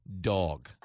dog